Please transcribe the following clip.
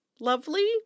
lovely